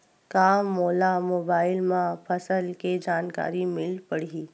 का मोला मोबाइल म फसल के जानकारी मिल पढ़ही?